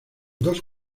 dos